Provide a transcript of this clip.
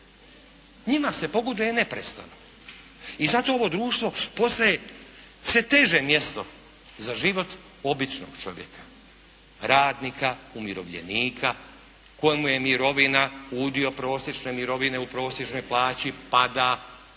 Njima se pogoduje neprestano i zato ovo društvo postaje sve teže mjesto za život običnog čovjeka, radnika, umirovljenika kojemu je mirovina, udio prosječne mirovine u prosječnoj plaći pada,